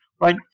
Right